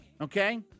Okay